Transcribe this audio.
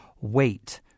Wait